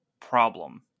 problem